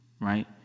right